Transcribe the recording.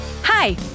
Hi